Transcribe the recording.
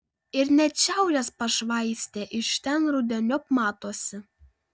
ir net šiaurės pašvaistė iš ten rudeniop matosi